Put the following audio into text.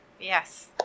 yes